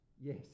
Yes